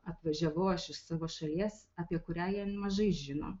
atvažiavau aš iš savo šalies apie kurią jie mažai žino